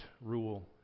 rule